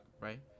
right